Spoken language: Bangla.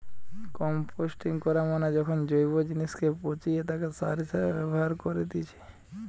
কম্পোস্টিং করা মানে যখন জৈব জিনিসকে পচিয়ে তাকে সার হিসেবে ব্যবহার করেতিছে